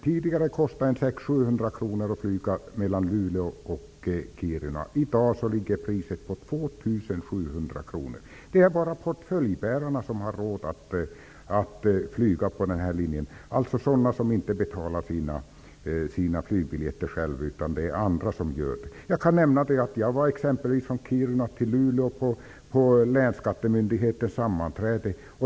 Tidigare kostade det 600--700 kr att flyga mellan Luleå och Kiruna. I dag ligger priset på 2 700 kr. Det är bara portföljbärarna som har råd att flyga på den här linjen, dvs. sådana som inte betalar sin flygbiljett själv. Jag kan nämna att jag åkte från Kiruna till Luleå för att vara med på länsskattemyndighetens sammanträde.